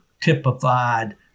typified